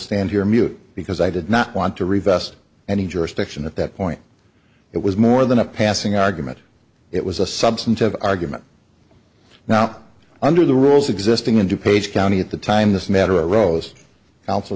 stand here mute because i did not want to reveal any jurisdiction at that point it was more than a passing argument it was a substantive argument now under the rules existing in two page county at the time this matter rose also